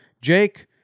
Jake